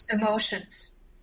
emotions